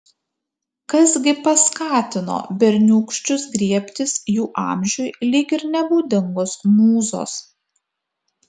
kas gi paskatino berniūkščius griebtis jų amžiui lyg ir nebūdingos mūzos